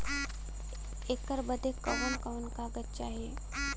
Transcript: ऐकर बदे कवन कवन कागज चाही?